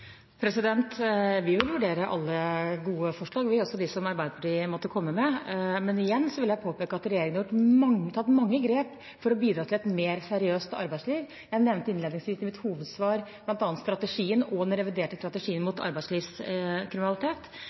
Vi vil vurdere alle gode forslag, også dem som Arbeiderpartiet måtte komme med. Men igjen vil jeg påpeke at regjeringen har tatt mange grep for å bidra til et mer seriøst arbeidsliv. Jeg nevnte innledningsvis i mitt hovedsvar bl.a. strategien og den reviderte strategien mot arbeidslivskriminalitet